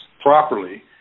properly